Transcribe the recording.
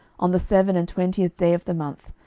on the seven and twentieth day of the month,